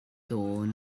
dawn